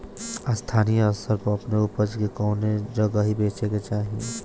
स्थानीय स्तर पर अपने ऊपज के कवने जगही बेचे के चाही?